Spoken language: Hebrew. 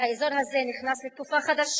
האזור הזה נכנס לתקופה חדשה.